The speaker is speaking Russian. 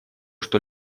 что